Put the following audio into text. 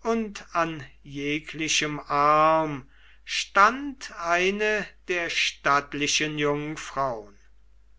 und an jeglichem arm stand eine der stattlichen jungfraun